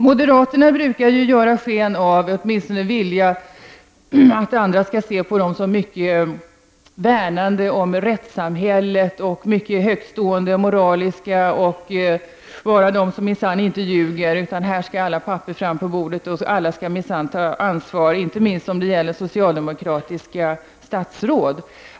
Moderaterna brukar ge sken av, eller vill åtminstone ge sken av, att de värnar rättssamhället och att de är mycket högtstående moraliskt sett. De är minsann inte de som ljuger, utan här skall alla papper fram på bordet, och alla skall ta sitt ansvar — inte minst socialdemokratiska statsråd.